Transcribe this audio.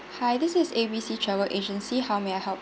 hi this is A B C travel agency how may I help